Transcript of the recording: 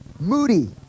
Moody